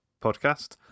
podcast